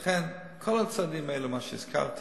לכן, כל הצעדים האלה, מה שהזכרתי,